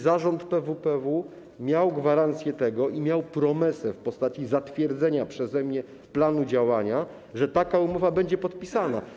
Zarząd PWPW miał gwarancję tego i miał promesę w postaci zatwierdzenia przeze mnie planu działania, że taka umowa będzie podpisana.